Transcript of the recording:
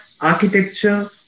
architecture